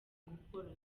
gukora